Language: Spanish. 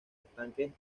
estanques